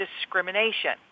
discrimination